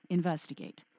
Investigate